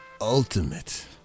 Ultimate